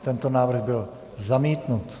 Tento návrh byl zamítnut.